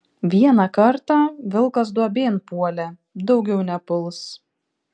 vieną kartą vilkas duobėn puolė daugiau nepuls